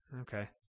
Okay